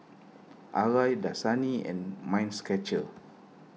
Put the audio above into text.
Arai Dasani and Mind Stretcher